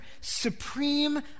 supreme